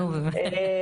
אפס.